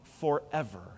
forever